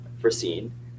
foreseen